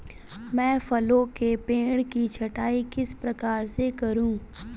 मैं फलों के पेड़ की छटाई किस प्रकार से करूं?